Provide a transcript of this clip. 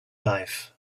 life